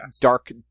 Dark